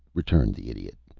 returned the idiot.